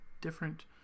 different